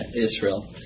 Israel